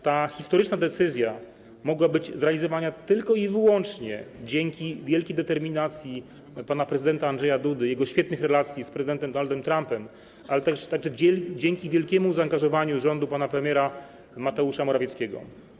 Ta historyczna decyzja mogła być zrealizowana tylko i wyłącznie dzięki wielkiej determinacji pana prezydenta Andrzeja Dudy i jego świetnym relacjom z prezydentem Donaldem Trumpem, ale też dzięki wielkiemu zaangażowaniu rządu pana premiera Mateusza Morawieckiego.